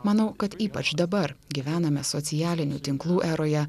manau kad ypač dabar gyvename socialinių tinklų eroje